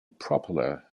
propeller